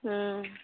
हूँ